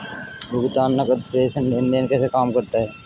भुगतान नकद प्रेषण लेनदेन कैसे काम करता है?